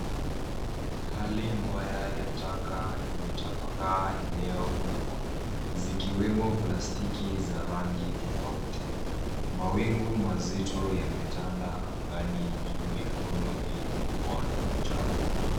Hali mbaya ya taka imetapaka eneo kubwa zikiwemo plastiki za rangi tofauti. Mawingu mazito yametanda angani juu ya rundo hili kubwa la uchafu.